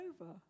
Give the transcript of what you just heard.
over